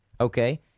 Okay